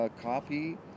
copy